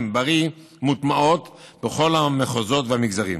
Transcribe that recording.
בריא מוטמעות בכל המחוזות והמגזרים.